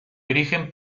origen